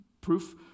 Proof